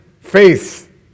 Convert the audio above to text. faith